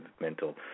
mental